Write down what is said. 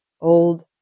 old